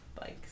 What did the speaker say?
bikes